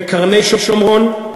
בקרני-שומרון,